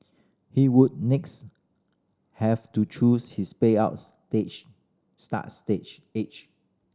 he would next have to choose his payout stage start stage age